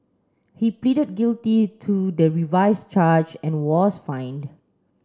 he pleaded guilty to the revised charge and was fined